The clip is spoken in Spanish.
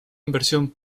inversión